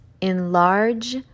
enlarge